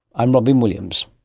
i'm robyn williams